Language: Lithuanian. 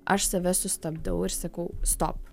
aš save sustabdau ir sakau stop